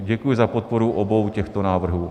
Děkuji za podporu obou těchto návrhů.